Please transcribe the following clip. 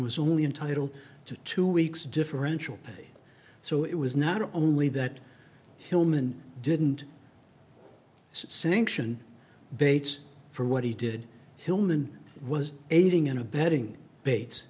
was only entitle to two weeks differential so it was not only that hilman didn't sanction bates for what he did hilman was aiding and abetting bates